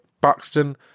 Buxton